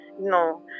No